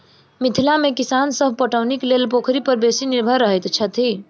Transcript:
मिथिला मे किसान सभ पटौनीक लेल पोखरि पर बेसी निर्भर रहैत छथि